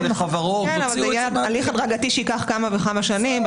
מדובר בהליך הדרגתי שייקח כמה וכמה שנים.